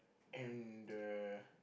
and uh